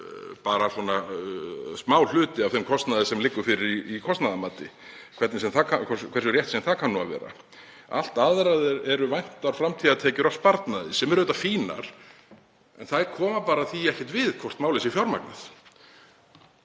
bara smáhluti af þeim kostnaði sem liggur fyrir í kostnaðarmati, hversu rétt sem það kann nú að vera. Allt annað eru væntar framtíðartekjur af sparnaði, sem eru fínar en þær koma því bara ekkert við hvort málið sé fjármagnað.